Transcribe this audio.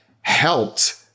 helped